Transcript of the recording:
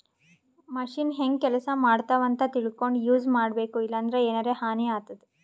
machine ಹೆಂಗ್ ಕೆಲಸ ಮಾಡ್ತಾವ್ ಅಂತ್ ತಿಳ್ಕೊಂಡ್ ಯೂಸ್ ಮಾಡ್ಬೇಕ್ ಇಲ್ಲಂದ್ರ ಎನರೆ ಹಾನಿ ಆತದ್